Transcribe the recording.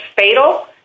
fatal